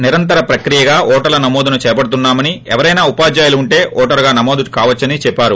నిరంతర ప్రక్రియగా ఓటర్ల నమోదును చేపడుతున్నామని ఎవరైనా ఉపాధ్యాయులు ఉంటే ఓటరుగా నమోదు కావచ్చని చెప్పారు